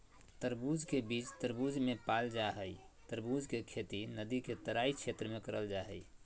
तरबूज के बीज तरबूज मे पाल जा हई तरबूज के खेती नदी के तराई क्षेत्र में करल जा हई